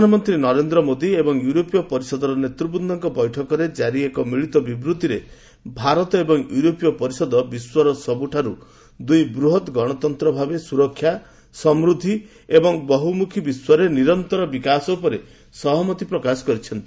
ପ୍ରଧାନମନ୍ତ୍ରୀ ନରେନ୍ଦ୍ର ମୋଦୀ ଏବଂ ୟୁରୋପୀୟ ପରିଷଦର ନେତୃବୃଦଙ୍କ ବୈଠକରେ କାରି ଏକ ମିଳିତ ବିବୃତ୍ତିରେ ଭାରତ ଏବଂ ୟୁରୋପୀୟ ପରିଷଦ ବିଶ୍ୱର ସବୁଠାରୁ ଦୁଇ ବୃହତ୍ ଗଣତନ୍ତ୍ର ଭାବେ ସୁରକ୍ଷା ସମୃଦ୍ଧି ଏବଂ ବହୁମୁଖୀ ବିଶ୍ୱରେ ନିରନ୍ତର ବିକାଶ ଉପରେ ସହମତି ପ୍ରକାଶ କରିଛନ୍ତି